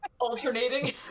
Alternating